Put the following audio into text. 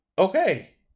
Okay